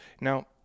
now